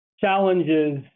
challenges